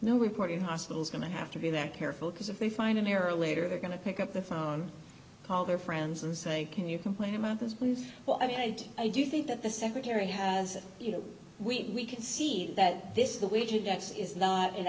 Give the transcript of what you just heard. no reporting hospitals going to have to be that careful because if they find an error later they're going to pick up the phone call their friends and say can you complain about this please well i mean i do i do think that the secretary has you know we can see that this is the way to that's is not an